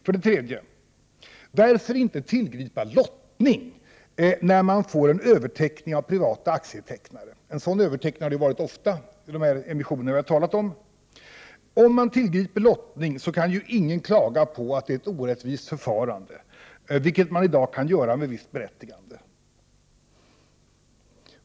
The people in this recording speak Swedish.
För det tredje: Varför tillgriper man inte lottning när det blir en överteckning av privata aktietecknare? En sådan överteckning har det ju ofta varit vid de emissioner som jag har talat om. Om man tillgriper lottning kan ingen klaga på ett orättvist förfarande, vilket man i dag med visst berättigande kan göra.